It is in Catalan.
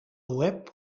web